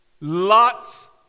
Lots